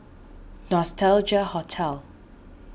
Nostalgia Hotel